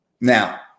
Now